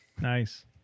Nice